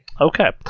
Okay